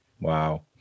Wow